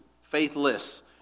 faithless